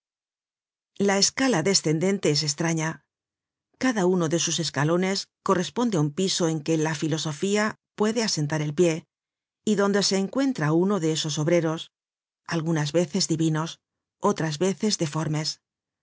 la escala descendente es estrafía cada uno de sus escalones corresponde á un piso en que la filosofía puede asentar el pie y donde se encuentra á uno de esos obreros algunas veces divinos otras veces deformes